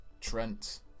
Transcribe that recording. Trent